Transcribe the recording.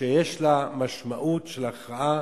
שיש לה משמעות של הכרעה